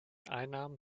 einnahmen